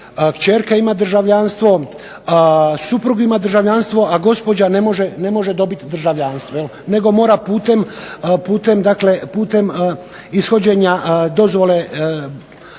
Kćerka ima državljanstvo, suprug ima državljanstvo, a gospođa ne može dobiti državljanstvo, nego mora putem dakle ishođenja dozvole,